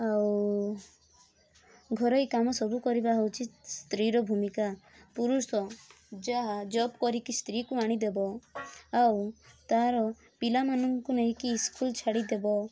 ଆଉ ଘରୋଇ କାମ ସବୁ କରିବା ହେଉଛି ସ୍ତ୍ରୀର ଭୂମିକା ପୁରୁଷ ଯାହା ଜବ୍ କରିକି ସ୍ତ୍ରୀକୁ ଆଣିଦେବ ଆଉ ତା'ର ପିଲାମାନଙ୍କୁ ନେଇକି ସ୍କୁଲ ଛାଡ଼ିଦେବ